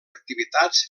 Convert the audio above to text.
activitats